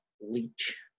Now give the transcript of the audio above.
leech